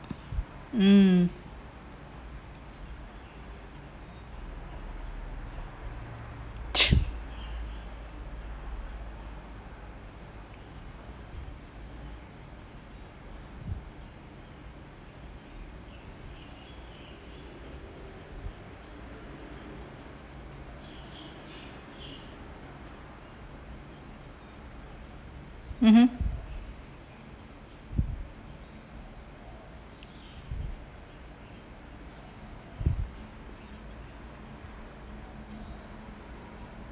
mm (uh huh)